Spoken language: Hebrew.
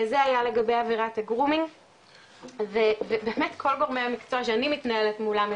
זה היה לגבי עבירת גרומינג ובאמת כל גורמי המקצוע שאני מתנהלת מולם,